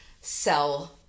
sell